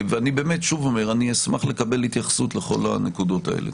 אני אשמח לקבל התייחסות לכל הנקודות האלה.